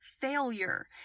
failure